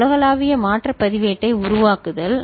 உலகளாவிய மாற்ற பதிவேட்டை உருவாக்குதல்